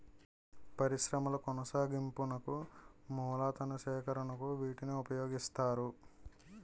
పరిశ్రమల కొనసాగింపునకు మూలతన సేకరణకు వీటిని ఉపయోగిస్తారు